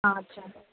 ہاں اچھا ہے